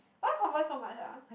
why converse so much uh